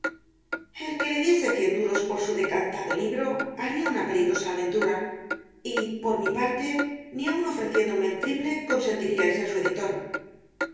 el que le diese cien duros por su decantado el caballero de las botas azules libro haría una peligrosa aventura y por mi parte ni aun ofreciéndome el triple consentiría en ser su editor